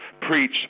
preach